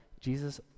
Jesus